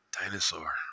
dinosaur